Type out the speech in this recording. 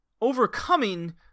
overcoming